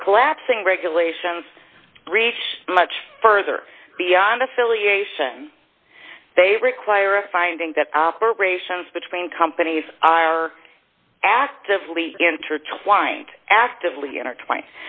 the collapsing regulations reach much further beyond affiliation they require a finding that operations between companies are actively intertwined actively intertwined